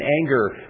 anger